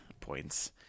points